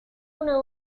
una